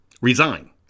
Resign